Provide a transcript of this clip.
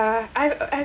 ~(uh) I have I have